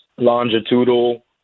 longitudinal